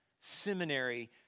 seminary